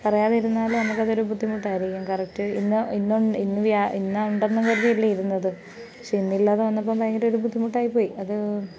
പറയാതിരുന്നാൽ നമുക്ക് അതൊരു ബുദ്ധിമുട്ട് ആയിരിക്കും കറക്റ്റ് ഇന്ന് ഇന്നുണ്ടെന്നും കരുതിയല്ലേ ഇരുന്നത് പക്ഷെ ഇന്നില്ലാതെ വന്നപ്പം ഭയങ്കരമൊരു ബുദ്ധിമുട്ടായി പോയി അത്